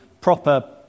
proper